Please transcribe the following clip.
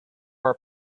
are